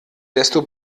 desto